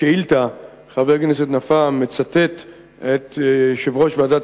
בשאילתא חבר הכנסת נפאע מצטט את יושב-ראש ועדת